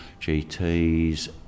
GTs